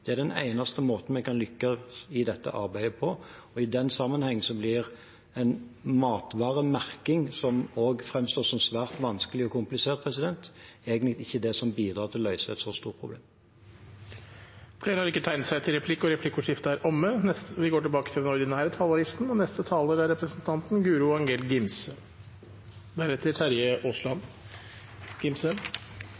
Det er den eneste måten vi kan lykkes i dette arbeidet på, og i den sammenheng blir en matvaremerking, som også framstår som svært vanskelig og komplisert, egentlig ikke det som bidrar til å løse et så stort problem. Replikkordskiftet er omme. De talerne som heretter får ordet, har også en taletid på inntil 3 minutter. Vi er skjønt enige i denne salen om at matmerking er viktig, og